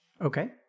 okay